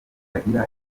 agira